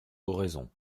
oraison